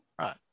right